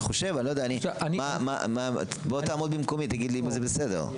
אני חושב, תעמוד במקומי ותגיד לי אם זה בסדר.